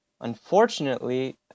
Unfortunately